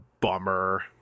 bummer